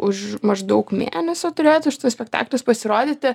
už maždaug mėnesio turėtų šitas spektaklis pasirodyti